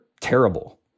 terrible